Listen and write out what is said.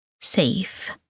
safe